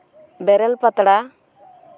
ᱵᱮᱨᱮᱞ ᱯᱟᱛᱲᱟ